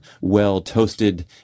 well-toasted